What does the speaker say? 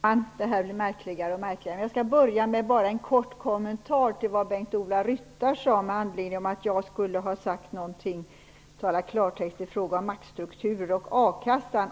Herr talman! Detta blir märkligare och märkligare. Jag skall börja med en kort kommentar till vad Bengt-Ola Ryttar sade med anledning av att jag skulle ha sagt något om att tala klartext i fråga om maktstrukturer och a-kassa.